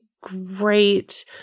great